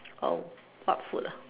oh what food ah